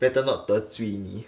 better not 得罪你